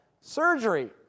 surgery